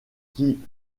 qui